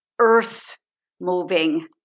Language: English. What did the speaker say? earth-moving